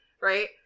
right